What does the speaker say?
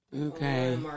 Okay